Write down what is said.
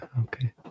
Okay